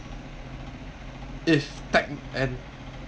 if tech~ and